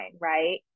right